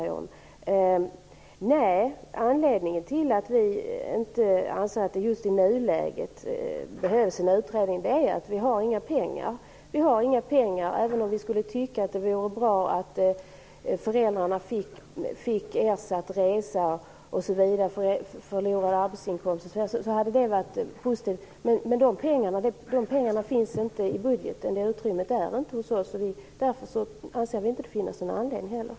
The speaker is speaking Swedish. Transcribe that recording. Anledningen till att vi inte anser att det i nuläget behövs en utredning är att vi inte har några pengar. Även om vi skulle tycka att det vore bra att föräldrarna fick ersättning för resa, för förlorad arbetsinkomst osv., finns pengarna för detta inte i budgeten.